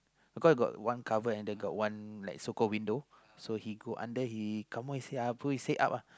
because got one cupboard and they got one like so called window so he go under he come up his head I pull his head up ah